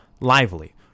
lively